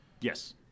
Yes